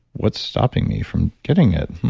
what's stopping me from getting it?